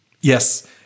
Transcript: Yes